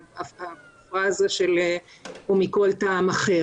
הפרזה של "ומכל טעם אחר",